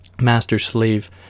master-slave